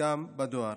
וגם בדואר.